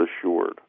assured